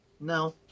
No